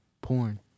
porn